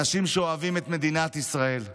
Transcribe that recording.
אנשים שאוהבים את מדינת ישראל.